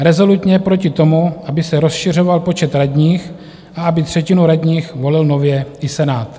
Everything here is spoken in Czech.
rezolutně proti tomu, aby se rozšiřoval počet radních a aby třetinu radních volil nově i Senát.